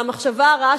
במחשבה הרעה,